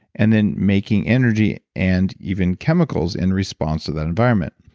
and then, making energy and even chemicals in response to that environment.